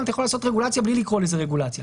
אתה יכול לעשות רגולציה בלי לקרוא לזה רגולציה.